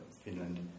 Finland